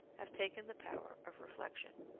have taken the power of reflection.